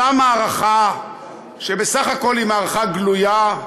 אותה מערכה שבסך הכול היא מערכה גלויה,